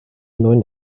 neuen